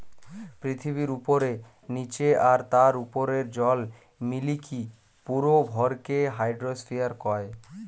পৃথিবীর উপরে, নীচে আর তার উপরের জল মিলিকি পুরো ভরকে হাইড্রোস্ফিয়ার কয়